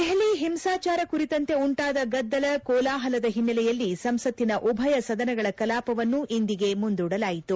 ದೆಹಲಿ ಹಿಂಸಾಚಾರ ಕುರಿತಂತೆ ಉಂಟಾದ ಗದ್ದಲ ಕೋಲಾಹಲದ ಹಿನ್ನೆಲೆಯಲ್ಲಿ ಸಂಸತ್ತಿನ ಉಭಯ ಸದನಗಳ ಕಲಾಪವನ್ನು ಇಂದಿಗೆ ಮುಂದೂಡಲಾಯಿತು